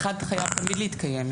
(1) חייב תמיד להתקיים.